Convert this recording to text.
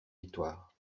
victoire